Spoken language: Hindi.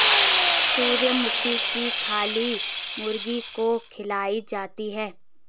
सूर्यमुखी की खली मुर्गी को खिलाई जाती है